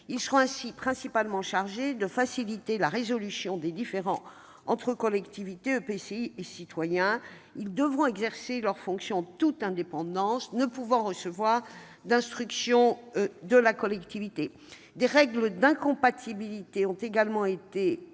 seront ainsi principalement chargés de faciliter la résolution des différends entre la collectivité ou l'EPCI et les citoyens. Ils devront exercer leurs fonctions en toute indépendance, ne pouvant recevoir d'instruction de la collectivité. Des règles d'incompatibilité ont également été établies